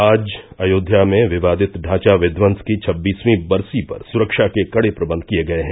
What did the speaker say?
आज अयोध्या में विवादित ढांचा विध्वंस की छब्बीसवीं बरसी पर सुरक्षा के कड़े प्रबंध किये गये हैं